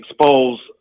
expose